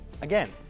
Again